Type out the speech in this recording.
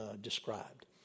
described